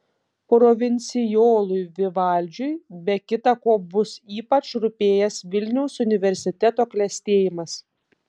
provincijolui vivaldžiui be kita ko bus ypač rūpėjęs vilniaus universiteto klestėjimas